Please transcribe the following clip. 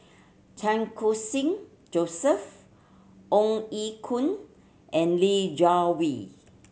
Chan Khun Sing Joseph Ong Ye Kung and Li Jiawei